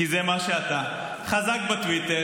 כי זה מה שאתה: חזק בטוויטר,